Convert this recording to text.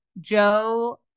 Joe